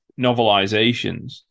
novelizations